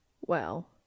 Well